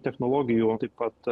technologijų taip pat